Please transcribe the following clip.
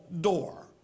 door